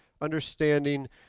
understanding